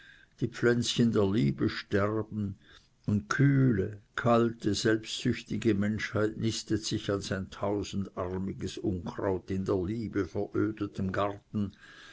die pflänzchen der liebe sterben und kühle kalte selbstsüchtige menschheit nistet sich ein als tausendarmiges unkraut in der liebe verödetem garten